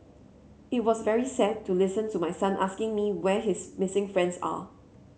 it was very sad to listen to my son asking me where his missing friends are